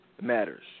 matters